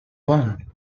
one